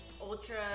Ultra